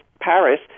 Paris